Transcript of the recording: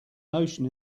notion